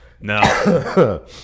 No